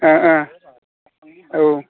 अ अ औ